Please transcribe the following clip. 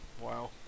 Wow